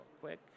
quick